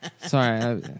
Sorry